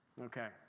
Okay